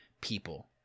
people